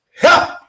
help